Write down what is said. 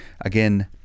again